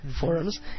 Forums